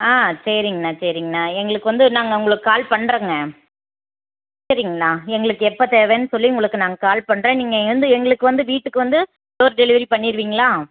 ஆ சரிங்கண்ணா சரிங்கண்ணா எங்களுக்கு வந்து நாங்கள் உங்களுக்கு கால் பண்ணுறேங்க சரிங்கண்ணா எங்களுக்கு எப்போ தேவைன்னு சொல்லி உங்களுக்கு நாங்கள் கால் பண்ணுறேன் நீங்கள் வந்து எங்களுக்கு வந்து வீட்டுக்கு வந்து டோர் டெலிவரி பண்ணிருவீங்களா